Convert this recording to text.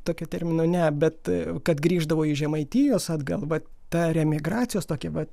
tokio termino ne bet kad grįždavo iš žemaitijos atgal va ta reemigracijos tokį pat